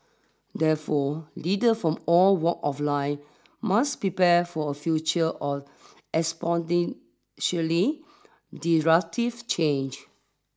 therefore leader from all walk of life must prepare for a future of disruptive change